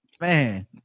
Man